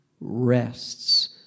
rests